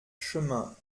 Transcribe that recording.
chemin